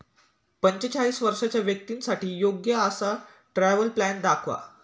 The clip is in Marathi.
पंचेचाळीस वर्षांच्या व्यक्तींसाठी योग्य असा ट्रॅव्हल प्लॅन दाखवा